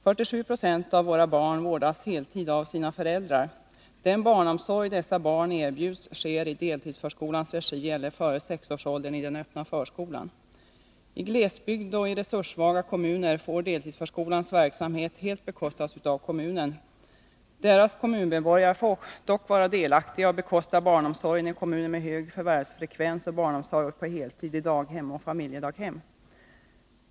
47 90 av våra barn vårdas på heltid av sina föräldrar. Den barnomsorg dessa barn erbjuds sker i deltidsförskolans regi eller före sexårsåldern i den öppna förskolan. I glesbygd och i resurssvaga kommuner får deltidsförskolans verksamhet helt bekostas av kommunen. Kommunmedborgarna får dock vara delaktiga och bekosta barnomsorgen i kommuner med hög förvärvsfrekvens och barnomsorg på heltid i daghem och familjedaghem.